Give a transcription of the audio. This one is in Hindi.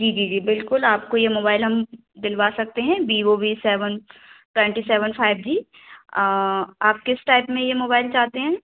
जी जी जी बिल्कुल आपको ये मुबाइल हम दिलवा सकते हैं Vivo B seven twenty seven five G आप किस टाइप में ये मुबाइल चाहते हैं